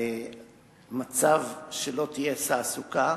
מצב שלא תהיה תעסוקה.